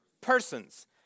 Persons